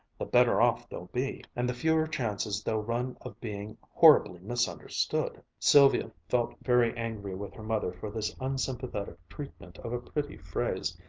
the better off they'll be, and the fewer chances they'll run of being horribly misunderstood. sylvia felt very angry with her mother for this unsympathetic treatment of a pretty phrase,